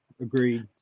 agreed